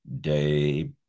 day